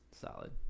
Solid